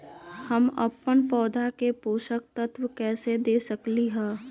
हम अपन पौधा के पोषक तत्व कैसे दे सकली ह?